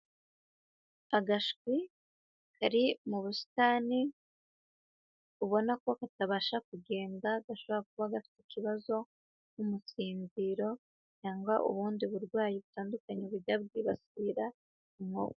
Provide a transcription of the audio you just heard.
Agashwi kari mu busitani ubona ko katabasha kugenda gashobora kuba gafite ikibazo, nk'umusinziro, cyangwa ubundi burwayi butandukanye bujya bwibasira inkoko.